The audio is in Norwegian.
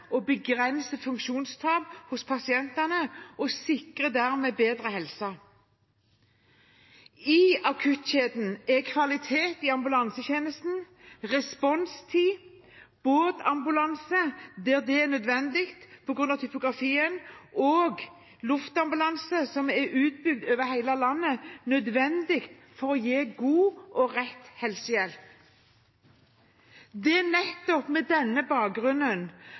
og begrenser funksjonstap hos pasientene og sikrer dermed bedre helse. I akuttkjeden er kvalitet i ambulansetjenesten, responstid, båtambulanse der det er nødvendig på grunn av topografien, og luftambulanse som er utbygd over hele landet, nødvendig for å gi god og rett helsehjelp. Det er nettopp på denne